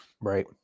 right